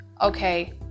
Okay